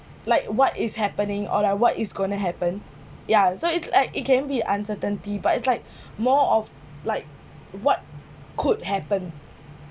like what is happening or like what is gonna happen ya so it's like it can be uncertainty but it's like more of like what could happen